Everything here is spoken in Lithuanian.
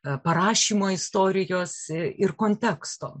parašymo istorijos ir konteksto